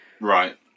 Right